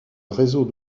réseau